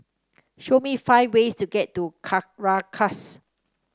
show me five ways to get to Caracas